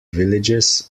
villages